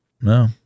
No